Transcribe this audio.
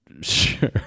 Sure